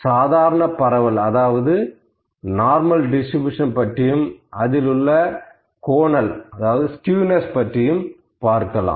சாதாரண பரவல் அதாவது நார்மல் டிஸ்ட்ரிபியூஷன் பற்றியும் அதில் உள்ள கோணல் அதாவது ஸ்க்யூநிஸ பற்றியும் பார்க்கலாம்